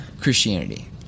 Christianity